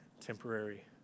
temporary